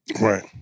right